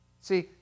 See